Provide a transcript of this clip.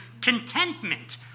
contentment